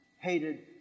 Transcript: hated